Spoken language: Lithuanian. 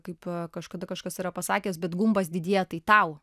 kaip kažkada kažkas yra pasakęs bet gumbas didėja tai tau